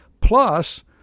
plus